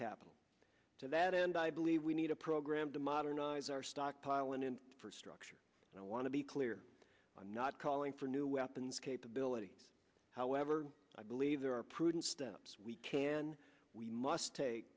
capital to that end i believe we need a program to modernize our stockpile and in for structure i want to be clear i'm not calling for a new weapons capability however i believe there are prudent steps we can we must take